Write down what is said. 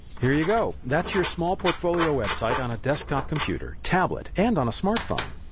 here you go, that's your small portfolio website on a desktop computer, tablet and on a smartphone.